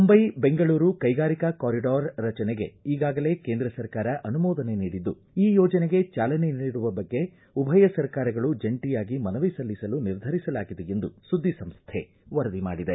ಮುಂಬೈ ಬೆಂಗಳೂರು ಕೈಗಾರಿಕಾ ಕಾರಿಡಾರ್ ರಚನೆಗೆ ಈಗಾಗಲೇ ಕೇಂದ್ರ ಸರ್ಕಾರ ಅನುಮೋದನೆ ನೀಡಿದ್ದು ಈ ಯೋಜನೆಗೆ ಚಾಲನೆ ನೀಡುವ ಬಗ್ಗೆ ಉಭಯ ಸರ್ಕಾರಗಳು ಜಂಟಿಯಾಗಿ ಮನವಿ ಸಲ್ಲಿಸಲು ನಿರ್ಧರಿಸಲಾಗಿದೆ ಎಂದು ಸುದ್ದಿ ಸಂಸ್ಟೆ ವರದಿ ಮಾಡಿದೆ